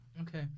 Okay